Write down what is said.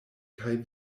kaj